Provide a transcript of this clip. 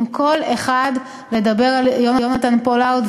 עם כל אחד לדבר על יונתן פולארד,